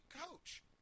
coach